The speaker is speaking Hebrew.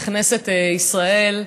בכנסת ישראל,